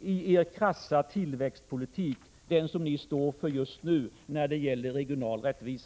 i er krassa tillväxtpolitik, den som ni står för just nu när det gäller regional rättvisa.